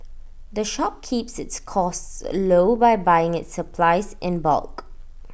the shop keeps its costs low by buying its supplies in bulk